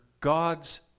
God's